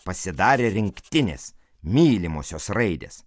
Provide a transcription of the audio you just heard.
pasidarė rinktinės mylimosios raidės